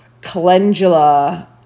calendula